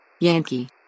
Yankee